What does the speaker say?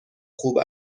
خوب